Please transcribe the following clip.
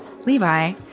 Levi